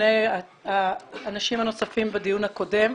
ובפני האנשים הנוספים בדיון הקודם.